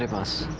um us.